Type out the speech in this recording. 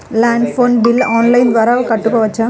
Land phone bill online ద్వారా కట్టుకోవచ్చు?